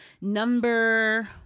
number